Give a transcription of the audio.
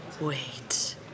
Wait